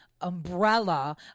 umbrella